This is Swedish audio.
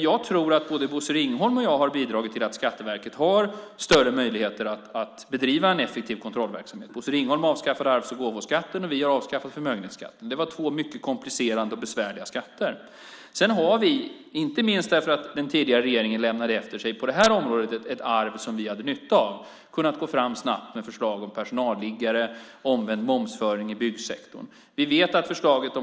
Jag tror att både Bosse Ringholm och jag har bidragit till att Skatteverket har större möjligheter att bedriva en effektiv kontrollverksamhet. Bosse Ringholm avskaffade arvs och gåvoskatten. Vi har avskaffat förmögenhetsskatten. Det var två mycket komplicerande och besvärliga skatter. Inte minst för att den tidigare regeringen lämnade efter sig ett arv på det här området som vi hade nytta av har vi snabbt kunnat få fram förslag om personalliggare och omvänd momsföring i byggsektorn.